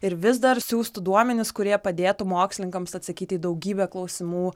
ir vis dar siųstų duomenis kurie padėtų mokslininkams atsakyti į daugybę klausimų